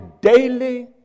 daily